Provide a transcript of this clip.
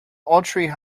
autry